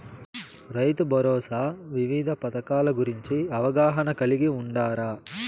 రైతుభరోసా వివిధ పథకాల గురించి అవగాహన కలిగి వుండారా?